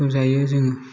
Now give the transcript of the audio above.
रंजायो जोङो